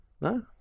No